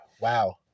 wow